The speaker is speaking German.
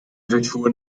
durchfuhren